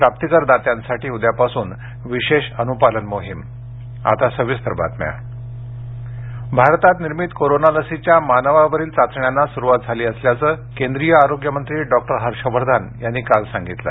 प्राप्ती कर दात्यांसाठी उद्यापासून विशेष अनुपालन मोहिम आता सविस्तर बातम्या भारतात निर्मित कोरोना लसीच्या मानवावरील चाचण्यांना स्रुवात झाली असल्याचं केंद्रीय आरोग्यमंत्री डॉक्टर हर्षवर्धन यांनी काल सांगितलं